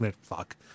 fuck